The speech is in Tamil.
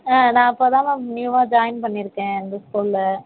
ஆ நான் இப்போதான் மேம் நியூவாக ஜாயின் பண்ணியிருக்கேன் இந்த ஸ்கூலில்